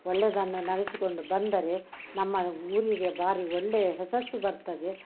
ಒಳ್ಳೆಯದನ್ನು ನಡೆಸಿಕೊಂಡು ಬಂದರೆ ನಮ್ಮ ಊರಿಗೆ ಬಾರಿ ಒಳ್ಳೆಯ ಹೆಸರು ಸಹ ಬರ್ತದೆ